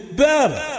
better